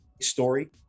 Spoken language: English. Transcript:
story